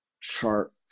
chart